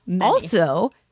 Also-